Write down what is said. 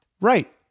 Right